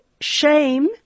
shame